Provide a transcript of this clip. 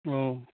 औ